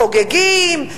חוגגים,